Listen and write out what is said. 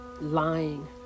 lying